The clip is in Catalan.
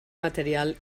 material